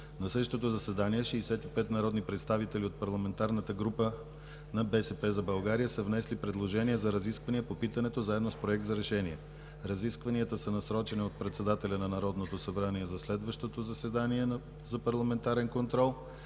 На същото заседание 65 народни представители от парламентарната група на „БСП за България“ са внесли предложение за разисквания по питането заедно с Проект за решение. Разискванията са насрочени от председателя на Народното събрание за следващото заседание за парламентарен контрол.